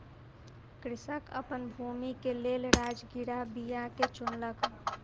कृषक अपन भूमि के लेल राजगिरा बीया के चुनलक